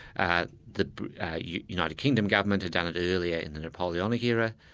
ah the united kingdom government had done it earlier in the napoleonic era,